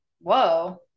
whoa